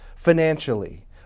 Financially